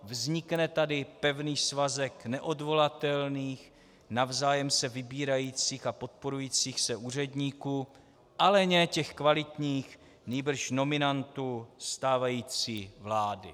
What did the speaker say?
Vznikne tady pevný svazek neodvolatelných, navzájem se vybírajících a podporujících se úředníků, ale ne těch kvalitních, nýbrž nominantů stávající vlády.